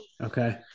Okay